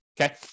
Okay